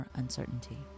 uncertainty